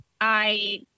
I-